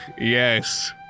Yes